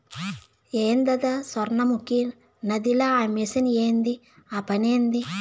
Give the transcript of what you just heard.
ఏందద సొర్ణముఖి నదిల ఆ మెషిన్ ఏంది ఆ పనేంది